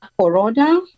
Corona